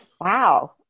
Wow